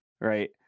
right